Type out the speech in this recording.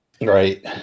right